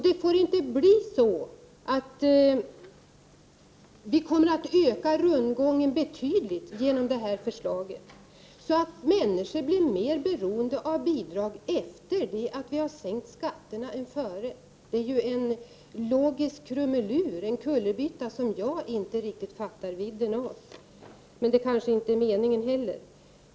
Det får inte bli så att vi kommer att öka rundgången betydligt genom det här förslaget, så att människor blir mer beroende av bidrag efter det att vi har sänkt skatterna än före. Det är en logisk krumelur och kullerbytta som jag inte riktigt förstår vidden av, men det kanske inte är meningen.